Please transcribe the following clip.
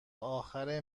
آخر